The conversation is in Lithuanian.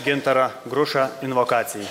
gintarą grušą invokacijai